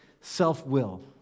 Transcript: self-will